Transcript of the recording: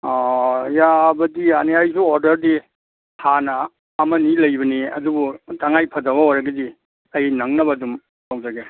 ꯑꯥ ꯌꯥꯕꯗꯤ ꯌꯥꯅꯤ ꯑꯩꯁꯨ ꯑꯣꯗꯔꯗꯤ ꯍꯥꯟꯅ ꯑꯃꯅꯤ ꯂꯩꯕꯅꯤ ꯑꯗꯨꯕꯨ ꯇꯉꯥꯏ ꯐꯗꯕ ꯑꯣꯏꯔꯒꯗꯤ ꯑꯩ ꯅꯪꯅꯕ ꯑꯗꯨꯝ ꯇꯧꯖꯒꯦ